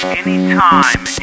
anytime